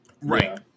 Right